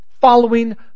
following